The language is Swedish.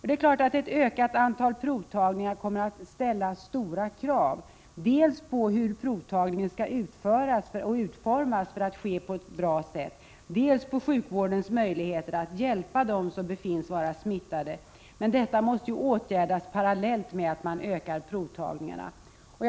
Ett ökat antal provtagningar kommer självfallet att ställa stora krav dels på hur provtagningen skall utformas för att den skall kunna genomföras på ett bra sätt, dels på hur man skall kunna skapa möjligheter för sjukvården att hjälpa dem som befinns vara smittade. Detta måste åtgärdas parallellt med att antalet provtagningar ökas.